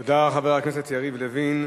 תודה, חבר הכנסת יריב לוין.